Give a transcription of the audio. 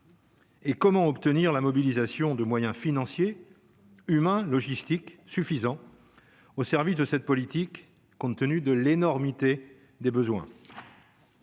Et comment obtenir la mobilisation de moyens financiers, humains, logistiques suffisants au service de cette politique, compte tenu de l'énormité des besoins.